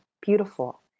Beautiful